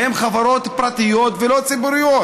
הן חברות פרטיות ולא ציבוריות,